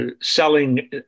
selling